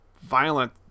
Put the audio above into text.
violent